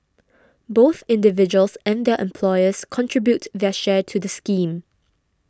both individuals and their employers contribute their share to the scheme